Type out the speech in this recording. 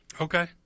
Okay